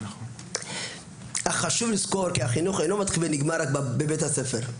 אבל חשוב לזכור שהחינוך אינו מתחיל ונגמר רק בבית הספר,